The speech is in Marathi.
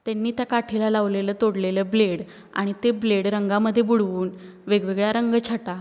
त्यांनी त्या काठीला लावलेलं तोडलेलं ब्लेड आणि ते ब्लेड रंगामध्ये बुडवून वेगवेगळ्या रंग छटा